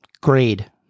Grade